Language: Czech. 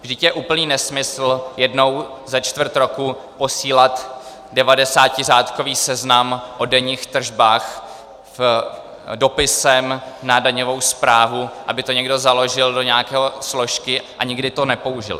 Vždyť je úplný nesmysl jednou za čtvrt roku posílat devadesátiřádkový seznam o denních tržbách dopisem na daňovou správu, aby to někdo založil do nějaké složky a nikdy to nepoužil.